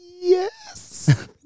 Yes